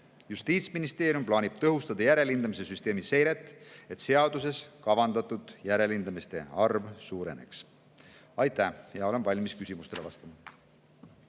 Justiitsministeerium plaanib tõhustada järelhindamise süsteemi seiret, et seaduses kavandatud järelhindamiste arv suureneks. Aitäh! Olen valmis küsimustele vastama.